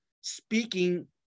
speaking